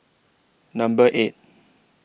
Number eight